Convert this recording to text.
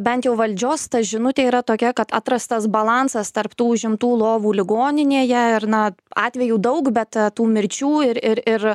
bent jau valdžios ta žinutė yra tokia kad atrastas balansas tarp tų užimtų lovų ligoninėje ir na atvejų daug bet tų mirčių ir ir ir